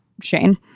Shane